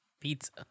Pizza